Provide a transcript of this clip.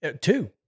two